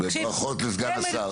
ברכות לסגן השר.